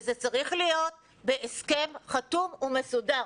וזה צריך להיות בהסכם חתום ומסודר,